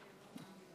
הכול בסדר.